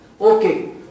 Okay